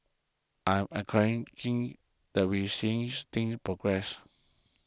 I'm that we're seeing things progress